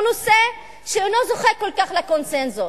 הוא נושא שאינו זוכה כל כך לקונסנזוס,